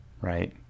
right